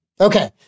Okay